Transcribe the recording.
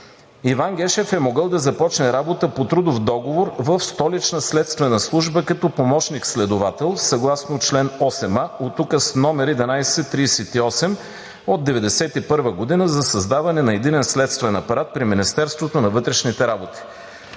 Иван Гешев е могъл да започне работа по трудов договор в Столична следствена служба като помощник следовател съгласно чл. 8а, оттук с № 11-38 от 1991 г. за създаване на единен следствен апарат при Министерството на вътрешните работи.